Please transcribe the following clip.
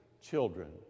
children